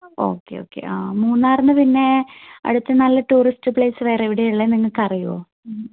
okay okay ah മൂന്നാറിൽനിന്ന് പിന്നെ അടുത്ത് നല്ല ടൂറിസ്റ്റ് പ്ലേസ് വേറെ എവിടെയാണ് ഉള്ളതെന്ന് നിങ്ങൾക്കറിയുമോ